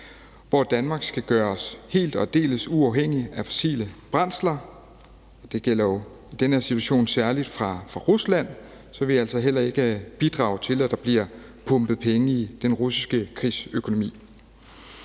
hvor Danmark skal gøres helt og aldeles uafhængig af fossile brændsler. Det gælder i den her situation særlig fra Rusland, så vi altså heller ikke bidrager til, at der bliver pumpet penge i den russiske krigsøkonomi.